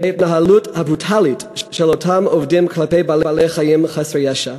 מההתנהלות הברוטלית של אותם עובדים כלפי בעלי-חיים חסרי ישע.